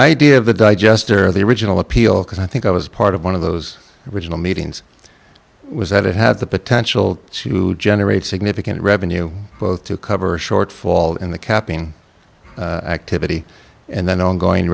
idea of the digester of the original appeal because i think i was part of one of those regional meetings was that it had the potential to generate significant revenue both to cover a shortfall in the capping activity and then ongoing